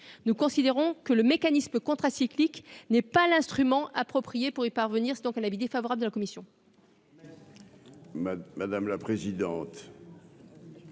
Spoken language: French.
nous considérons que le mécanisme contracyclique n'est pas l'instrument approprié pour y parvenir, donc un avis défavorable de la commission.